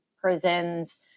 prisons